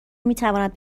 میتواند